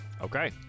Okay